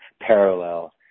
parallel